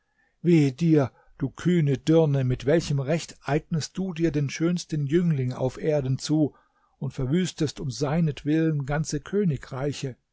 wehe dir du kühne dirne mit welchem recht eignest du dir den schönsten jüngling auf erden zu und verwüstest um seinetwillen ganze königreiche